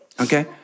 Okay